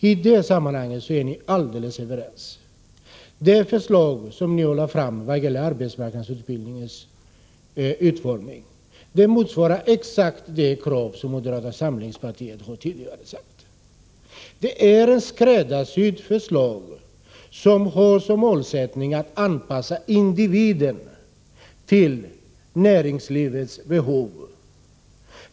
I det här sammanhanget är ni alldeles överens. Det förslag socialdemokraterna har lagt fram när det gäller arbetsmarknadsutbildningens utformning motsvarar exakt de krav som moderata samlingspartiet tidigare ställt. Det är ett förslag som är skräddarsytt för att anpassa individen till näringslivets behov.